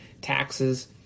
taxes